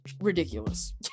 ridiculous